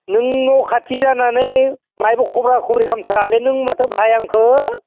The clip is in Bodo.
नों न' खाथि जानानै माइबो खब्रा खब्रि खालामथारालै नों माथो भाइ आंखौ